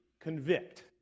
convict